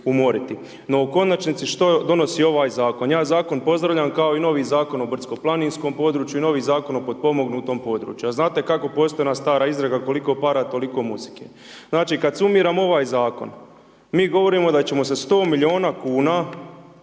No u konačnici što donosi ovaj zakon? Ja zakon pozdravljam kao i novi Zakon o brdsko-planinskom području i novi Zakon o potpomognutom području a znate kako postoji ona stara izreka „Koliko para, toliko muzike“. Znači kad sumiramo ovaj zakon, mi govorimo da ćemo sa 100 milijuna kuna